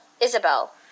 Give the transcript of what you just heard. Isabel